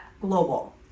global